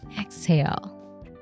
Exhale